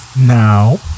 Now